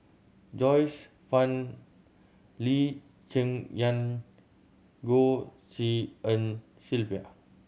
Joyce Fan Lee Cheng Yan Goh Tshin En Sylvia